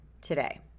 today